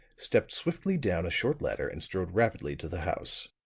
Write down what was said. stepped swiftly down a short ladder and strode rapidly to the house.